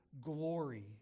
glory